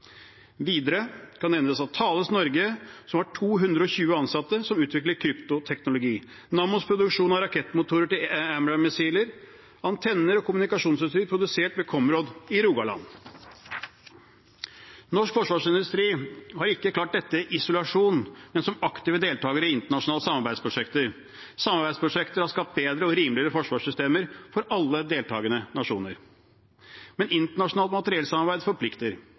Videre kan nevnes: Thales Norway, som har 220 ansatte som utvikler kryptoteknologi Nammos produksjon av rakettmotorer til AMRAAM-missiler antenner og kommunikasjonsutstyr produsert ved Comrod i Rogaland Norsk forsvarsindustri har ikke klart dette i isolasjon, men som aktive deltakere i internasjonale samarbeidsprosjekter. Samarbeidsprosjekter har skapt bedre og rimeligere forsvarssystemer for alle deltakende nasjoner. Men internasjonalt materiellsamarbeid forplikter.